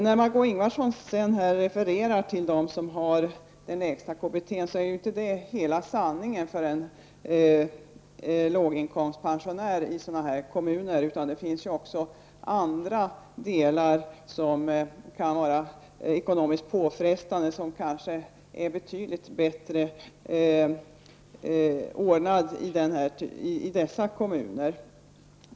När Margó Ingvardsson talar om kommunerna som ger lägst KBT, vill jag säga att det inte är hela sanningen om låginkomstpensionärernas villkor i sådana kommuner. Det finns också andra delar i välfärden som kan vara ekonomiskt påfrestande och som kanske är betydligt bättre ordnade i dessa kommuner.